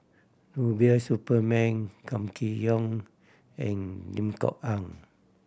Rubiah Suparman Kam Kee Yong and Lim Kok Ann